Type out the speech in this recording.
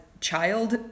child